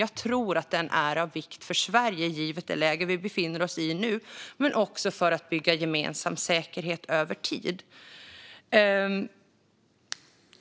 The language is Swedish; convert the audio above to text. Jag tror att den är av vikt för Sverige givet det läge vi befinner oss i nu men också för att bygga gemensam säkerhet över tid.